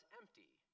empty